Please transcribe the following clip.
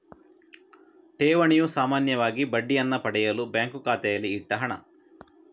ಠೇವಣಿಯು ಸಾಮಾನ್ಯವಾಗಿ ಬಡ್ಡಿಯನ್ನ ಪಡೆಯಲು ಬ್ಯಾಂಕು ಖಾತೆಯಲ್ಲಿ ಇಟ್ಟ ಹಣ